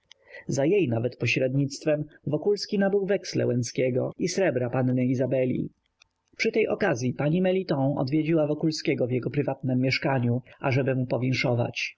za jej nawet pośrednictwem wokulski nabył weksle łęckiego i srebra panny izabeli przy tej okazyi pani meliton odwiedziła wokulskiego w jego prywatnem mieszkaniu ażeby mu powinszować